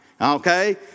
Okay